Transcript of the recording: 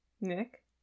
Nick